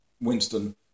Winston